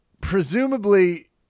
Presumably